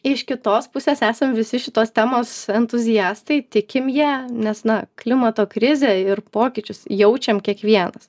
iš kitos pusės esam visi šitos temos entuziastai tikim ja nes na klimato krizę ir pokyčius jaučiam kiekvienas